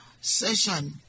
session